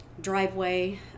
driveway